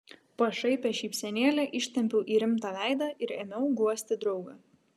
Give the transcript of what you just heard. pašaipią šypsenėlę ištempiau į rimtą veidą ir ėmiau guosti draugą